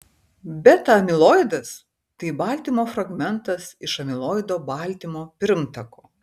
beta amiloidas tai baltymo fragmentas iš amiloido baltymo pirmtako